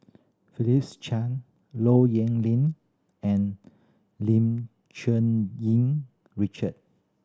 Philip Chan Low Yen Ling and Lim Cherng Yih Richard